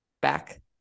back